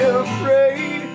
afraid